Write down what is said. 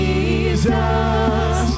Jesus